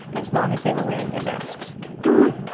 as long as they were wearing their masks whew.